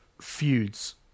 feuds